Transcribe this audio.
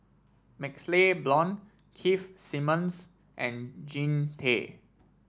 MaxLe Blond Keith Simmons and Jean Tay